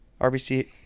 RBC